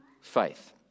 faith